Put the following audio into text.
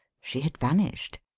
she had vanished.